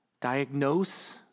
diagnose